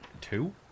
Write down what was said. Two